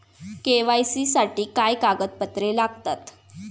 KYC साठी काय कागदपत्रे लागतात?